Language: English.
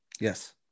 Yes